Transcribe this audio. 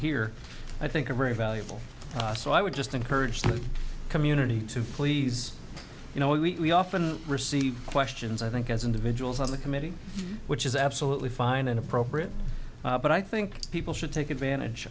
here i think are very valuable so i would just encourage the community to please you know we often receive questions i think as individuals on the committee which is absolutely fine and appropriate but i think people should take advantage